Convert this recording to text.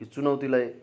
यो चुनौतीलाई